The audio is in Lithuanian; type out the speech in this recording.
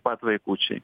pat vaikučiai